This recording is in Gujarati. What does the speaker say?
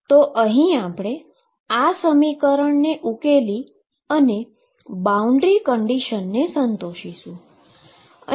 તો અહી આપણે આ સમીકરણને ઉકેલી અને બાઉન્ડ્રી કન્ડીશનને સંતોષશુ